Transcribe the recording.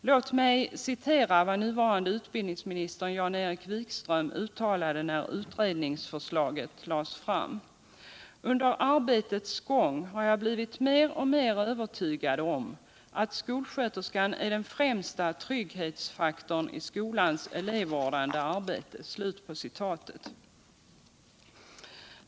Låt mig återge vad nuvarande utbildningsministern Jan-Erik Wikström uttalade när utredningsförslaget tades fram: Under arbetets gång har jag blivit mer och mer övertygad om att skolsköterskan är den främsta trygghetsfaktorn i skolans elevvårdande arbete.